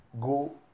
go